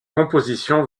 composition